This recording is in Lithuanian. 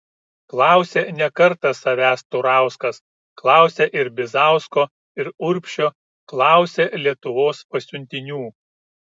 klausė ne kartą savęs turauskas klausė ir bizausko ir urbšio klausė lietuvos pasiuntinių